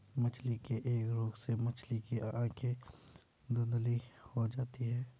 मछली के एक रोग से मछली की आंखें धुंधली हो जाती है